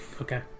Okay